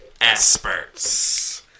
experts